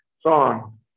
song